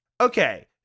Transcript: Okay